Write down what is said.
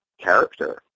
character